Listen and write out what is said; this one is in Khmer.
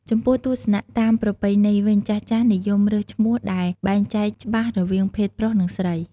ចំពោះទស្សនៈតាមប្រពៃណីវិញ ចាស់ៗនិយមរើសឈ្មោះដែលបែងចែកច្បាស់រវាងភេទប្រុស និង ស្រី។